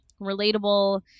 relatable